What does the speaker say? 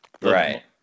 Right